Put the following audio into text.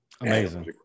amazing